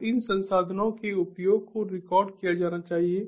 तो इन संसाधनों के उपयोग को रिकॉर्ड किया जाना चाहिए